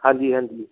ਹਾਂਜੀ ਹਾਂਜੀ